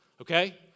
okay